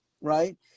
right